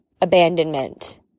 abandonment